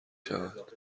شود